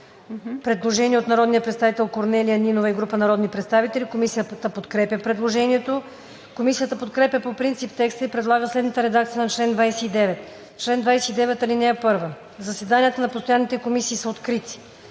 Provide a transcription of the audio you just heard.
предложение на народния представител Корнелия Нинова и група народни представители. Комисията подкрепя предложението. Комисията подкрепя по принцип текста и предлага следната редакция на чл. 29: „Чл. 29. (1) Заседанията на постоянните комисии са открити.